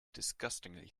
disgustingly